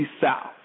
South